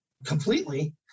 Completely